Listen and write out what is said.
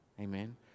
Amen